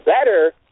better